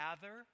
gather